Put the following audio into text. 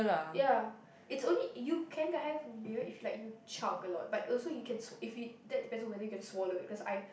ya it's only you can get high from beer if you like you chug a lot but also you can swal~ if you that depends you can swallow it because I